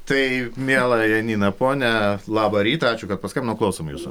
tai miela janina ponia labą rytą ačiū kad paskambinot klausom jūsų